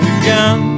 again